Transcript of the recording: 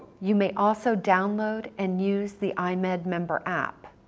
you may also download and use the eyemed member app,